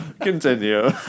Continue